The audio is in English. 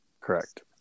Correct